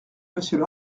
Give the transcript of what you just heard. monsieur